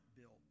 built